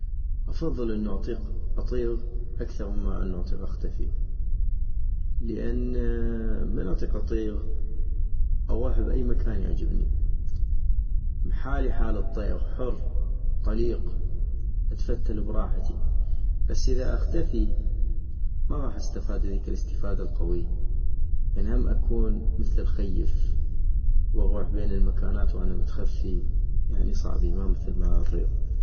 افضل انو اطيق اطيغ اكثغ مما انو اطيق اختفي - لان من اطيق اطيغ اغوح بأي مكان يعجبني ، حالي حال الطيغ حر طليق اتفتل براحتي - بس اذا اختفي ما غاح استفاد هذيك للاستفادة القويي لان هم اكون مثل الخيف واغوح بين المكانات وأنا متخفي ، يعني صعبي ما مثل ما اطيغ